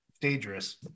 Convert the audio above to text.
dangerous